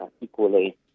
equally